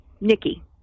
Nikki